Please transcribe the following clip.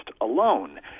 alone